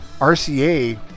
RCA